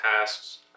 tasks